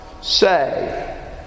say